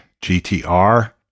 GTR